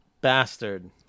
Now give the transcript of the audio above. bastard